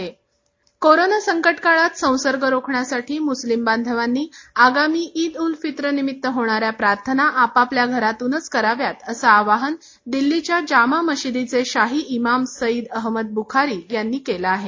शाही इमाम कोरोनासंकटकाळांत संसर्ग रोखण्यासाठी मुस्लिम बांधवांनी आगामी इद उल फित्र निमित्तहोणाऱ्या प्रार्थना आपापल्या घरातूनच कराव्यात असं आवाहन दिल्लीच्या जामा मशिदीचे शाही इमाम सईद अहमद बुखारी यांनी केलंआहे